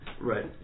right